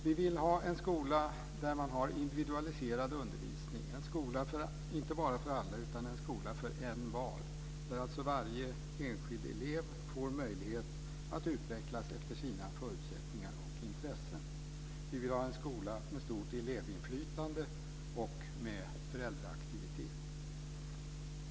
Vi vill ha en skola där man har individualiserad undervisning, en skola inte bara för alla utan en skola för envar, där varje enskild elev får möjlighet att utvecklas efter sina förutsättningar och intressen. Vi vill ha en skola med stort elevinflytande och med föräldraaktivitet.